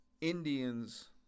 Indians